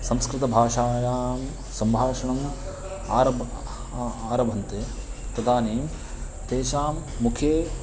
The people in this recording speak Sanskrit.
संस्कृतभाषायां सम्भाषणम् आरब् आरभन्ते तदानीं तेषां मुखे